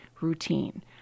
routine